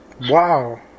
Wow